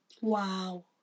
Wow